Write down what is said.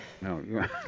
No